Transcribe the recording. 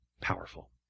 Powerful